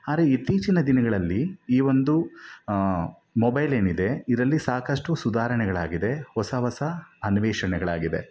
ಆದ್ರೆ ಇತ್ತೀಚಿನ ದಿನಗಳಲ್ಲಿ ಈ ಒಂದು ಮೊಬೈಲ್ ಏನಿದೆ ಇದರಲ್ಲಿ ಸಾಕಷ್ಟು ಸುಧಾರಣೆಗಳಾಗಿದೆ ಹೊಸ ಹೊಸ ಅನ್ವೇಷಣೆಗ್ಳಾಗಿದೆ